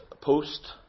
post